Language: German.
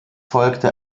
folgte